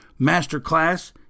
masterclass